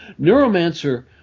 Neuromancer